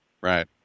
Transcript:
Right